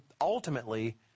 ultimately